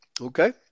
Okay